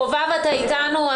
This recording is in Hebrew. חובב צברי, אתה איתנו?